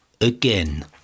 Again